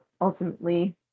ultimately